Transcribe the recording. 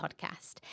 Podcast